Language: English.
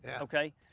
okay